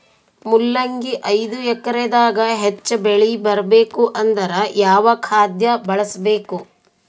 ಮೊಲಂಗಿ ಐದು ಎಕರೆ ದಾಗ ಹೆಚ್ಚ ಬೆಳಿ ಬರಬೇಕು ಅಂದರ ಯಾವ ಖಾದ್ಯ ಬಳಸಬೇಕು?